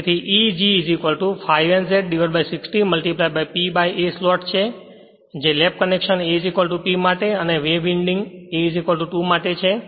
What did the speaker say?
તેથી E g ∅ Z N 60 P A volts છે જે લેપ કનેક્શન A P માટે અને વેવ વિન્ડિંગ A 2 માટે છે